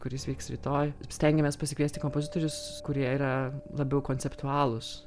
kuris vyks rytoj stengiamės pasikviesti kompozitorius kurie yra labiau konceptualūs